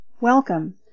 Welcome